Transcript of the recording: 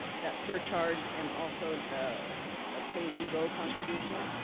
that surcharge and also the the pay-as-you-go contribution.